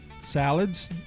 Salads